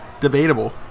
Debatable